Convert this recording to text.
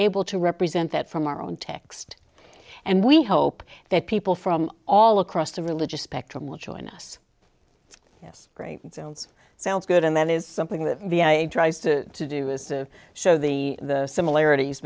able to represent that from our own text and we hope that people from all across the religious spectrum will join us yes great sounds sounds good and that is something that tries to do is to show the similarities